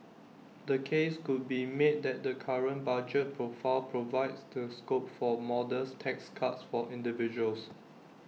the case could be made that the current budget profile provides the scope for modest tax cuts for individuals